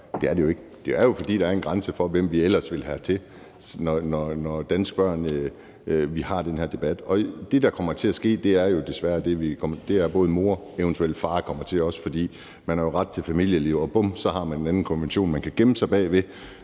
Det er det jo ikke. Det er jo, fordi der er en grænse for, hvem vi ellers vil have hertil, at vi har den her debat. Det, der kommer til at ske, er jo desværre, at moren og eventuelt også faren kommer hertil, fordi man jo har ret til familieliv – og bum, så har man en anden konvention, man kan gemme sig bag ved,